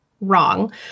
wrong